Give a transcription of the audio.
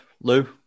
Lou